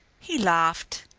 he laughed.